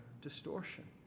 distortion